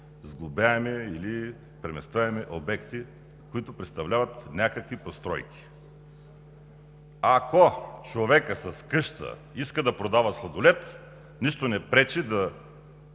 сглобяеми или преместваеми обекти, които представляват някакви постройки. Ако човекът с къщата иска да продава сладолед, нищо не пречи да